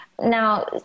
Now